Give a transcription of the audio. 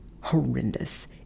horrendous